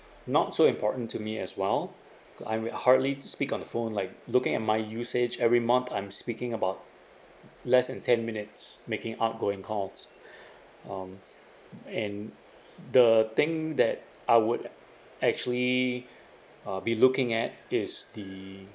not so important to me as well I'm with hardly to speak on the phone like looking at my usage every month I'm speaking about less than ten minutes making outgoing calls um and the thing that I would uh actually uh be looking at is the